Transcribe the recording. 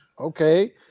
okay